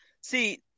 see